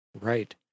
Right